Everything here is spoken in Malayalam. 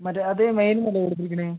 മറ്റേ അത് മെയിനിൽ നിന്നല്ലെ എടുത്തിരിക്കുന്നത്